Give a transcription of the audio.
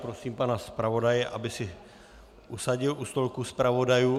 Prosím pana zpravodaje, aby se usadil u stolku zpravodajů.